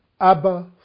Abba